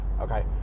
okay